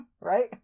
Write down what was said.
right